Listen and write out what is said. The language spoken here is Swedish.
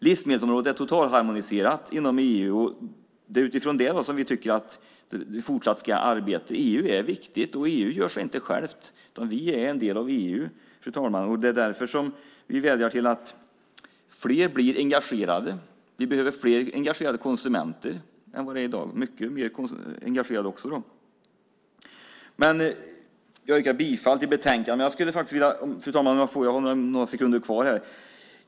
Livsmedelsområdet är totalharmoniserat inom EU. Det är utifrån det som vi tycker vi ska fortsätta att arbeta. EU är viktigt, och EU gör sig inte självt, utan vi är en del av EU, fru talman. Det är därför som vi vädjar att fler blir engagerade. Vi behöver fler engagerade konsumenter än vad vi har i dag. Jag yrkar bifall till förslaget i betänkandet. Fru talman! Jag har några sekunder kvar.